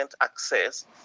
access